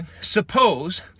suppose